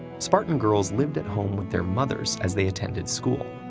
spartan girls lived at home with their mothers as they attended school.